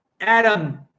Adam